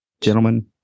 Gentlemen